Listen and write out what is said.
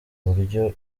buryo